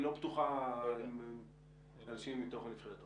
היא לא בטוחה אם זה אנשים מתוך הנבחרת.